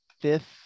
fifth